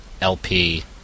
LP